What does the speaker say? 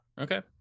Okay